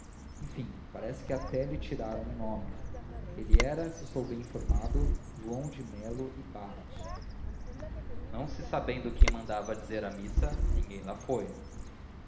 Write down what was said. enfim parece que até lhe tiraram um nome ele era se estou bem informado joão de melo e barros não se sabendo quem mandava dizer a missa ninguém lá foi